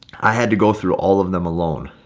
i had to go through all of them alone,